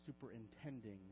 superintending